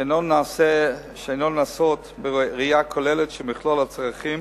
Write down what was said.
שאינן נעשות בראייה כוללת של מכלול הצרכים